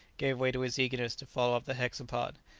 gave way to his eagerness to follow up the hexapod,